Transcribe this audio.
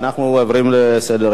אנחנו עוברים לסדר-היום: